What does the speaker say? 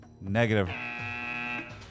Negative